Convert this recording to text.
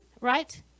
Right